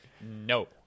No